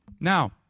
Now